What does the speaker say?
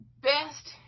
best